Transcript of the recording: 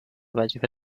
وظیفه